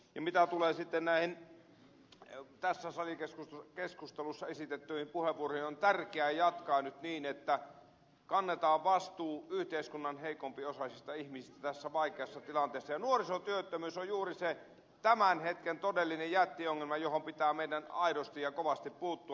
mitä tulee sitten näihin tässä salikeskustelussa esitettyihin puheenvuoroihin on tärkeää jatkaa nyt niin että kannetaan vastuu yhteiskunnan heikompiosaisista ihmisistä tässä vaikeassa tilanteessa ja nuorisotyöttömyys on juuri se tämän hetken todellinen jättiongelma johon pitää meidän aidosti ja kovasti puuttua